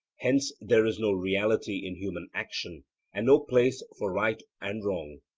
hence there is no reality in human action and no place for right and wrong.